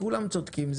כולם צודקים.